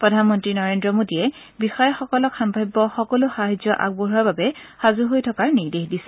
প্ৰধানমন্ত্ৰী নৰেদ্ৰ মোদীয়ে বিষয়াসকলক সাম্ভাব্য সকলো সাহায্য আগবঢ়োৱা বাবে সাজু হৈ থকাৰ নিৰ্দেশ দিছে